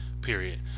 period